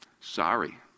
sorry